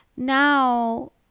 now